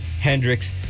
Hendrix